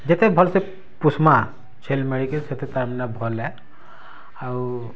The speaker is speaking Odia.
ଯେତେ ଭଲ୍ସେ ପୁଷମା ଛେଲ୍ ମେଣ୍ଡିକେ ସେତେ ତାର୍ମାନେ ଭଲ୍ ଏ ଆଉ